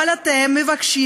אבל אתם מבקשים,